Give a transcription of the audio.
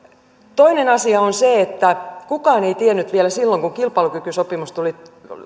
toinen asia on se että kukaan ei tiennyt vielä silloin kun kilpailukykysopimus tuli